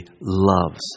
loves